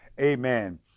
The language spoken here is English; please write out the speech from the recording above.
amen